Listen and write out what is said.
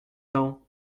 temps